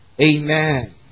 Amen